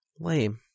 Lame